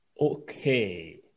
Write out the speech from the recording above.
Okay